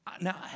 Now